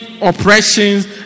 oppressions